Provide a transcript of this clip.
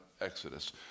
Exodus